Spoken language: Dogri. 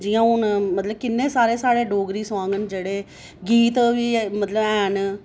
जि'यां हून मतलब कि किन्ने सारे साढ़े डोगरी सांग न जेह्ड़े गीत बी मतलब हैन